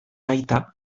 aita